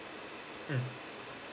mm